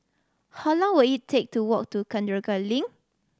how long will it take to walk to Chencharu Link